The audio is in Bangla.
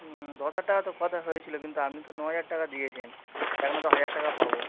হুম দশ হাজার টাকার তো কথা হয়েছিলো কিন্তু আপনি তো নয় হাজার টাকা দিয়েছেন এখনো তো হাজার টাকা পাবো